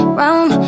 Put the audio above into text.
round